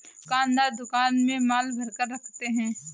दुकानदार दुकान में माल भरकर रखते है